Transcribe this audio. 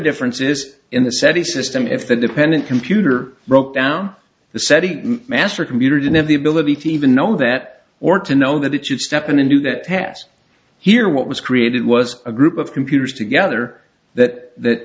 difference is in the seti system if the dependent computer broke down the seti master computer didn't have the ability to even know that or to know that it should step in and do that task here what was created was a group of computers together that